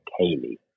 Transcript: Kaylee